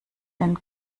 den